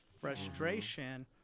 frustration